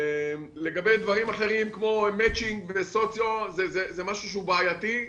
לגבי דברים אחרים כמו מצ'ינג זה משהו בעייתי,